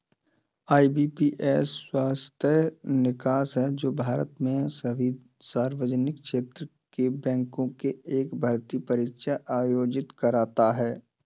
IBPS स्वायत्त निकाय है जो भारत में सभी सार्वजनिक क्षेत्र के बैंकों के लिए भर्ती परीक्षा आयोजित करता है